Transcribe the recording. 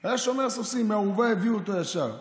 היה שומר סוסים, הביאו אותו ישר מהאורווה,